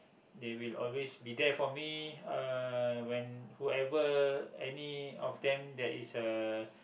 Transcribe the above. they will always be there for me uh when whoever any of them that is uh